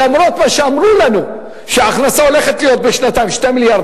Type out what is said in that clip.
למרות מה שאמרו לנו שההכנסה הולכת להיות בשנתיים 2.4 מיליארד,